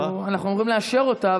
אנחנו אמורים לאשר אותה,